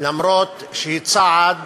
אף-על-פי שהיא צעד